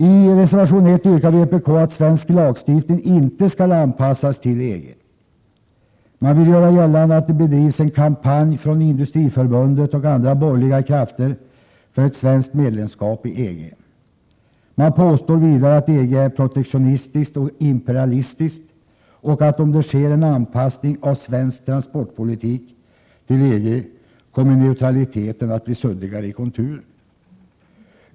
I reservation 1 yrkar vpk att svensk lagstiftning inte skall anpassas till EG. Man vill göra gällande att det bedrivs en kampanj från Industriförbundet och andra borgerliga krafter för ett svenskt medlemskap i EG. Man påstår vidare att EG är protektionistiskt och imperialistiskt och att neutraliteten kommer att bli suddigare i konturen, om det sker en anpassning av svensk transportpolitik till EG.